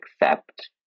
accept